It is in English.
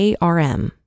ARM